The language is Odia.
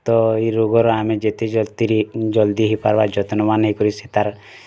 ତ ଏଇ ରୋଗର ଆମେ ଯେତେ ଜଲ୍ଦି ହେଇପାର୍ବା ଯତ୍ନବାନ ନେଇକରି ସେ ତା'ର୍